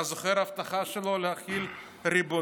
אתה זוכר את ההבטחה שלו להחיל ריבונות